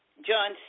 John